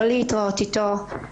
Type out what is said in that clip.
לא להתראות איתו,